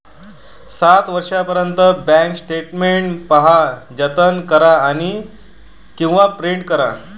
सात वर्षांपर्यंत bank statement पहा, जतन करा किंवा प्रिंट करा